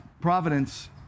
providence